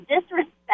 disrespect